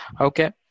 Okay